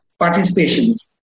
participations